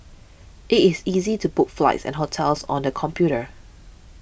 it is easy to book flights and hotels on the computer